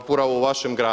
ovoga u vašem gradu.